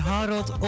Harold